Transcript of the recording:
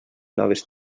noves